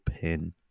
pin